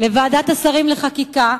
לוועדת השרים לחקיקה